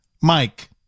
mike